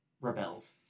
rebels